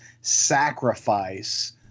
sacrifice